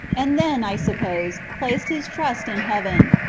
and then, i suppose, placed his trust in heaven,